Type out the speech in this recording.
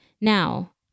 Now